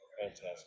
Fantastic